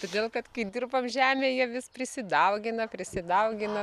todėl kad kai dirbam žemę jie vis prisidaugina prisidaugina